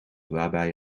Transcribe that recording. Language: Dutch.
waarbij